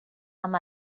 amb